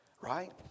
right